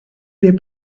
they